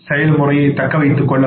செயல்முறையைத் தக்க வைத்துக் கொள்ளவும்